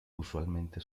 usualmente